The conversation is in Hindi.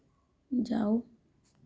जाओ